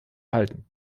halten